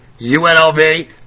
UNLV